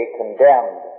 condemned